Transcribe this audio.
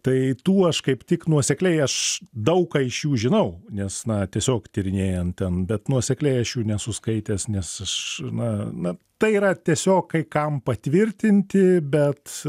tai tuo aš kaip tik nuosekliai aš daug ką iš jų žinau nes na tiesiog tyrinėjant ten bet nuosekliai aš jų nesu skaitęs nes aš na na tai yra tiesiog kai kam patvirtinti bet